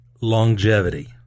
longevity